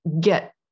get